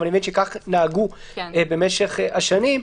אבל אני מבין שכך נהגו במשך השנים.